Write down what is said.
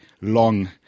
long